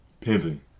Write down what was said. Pimping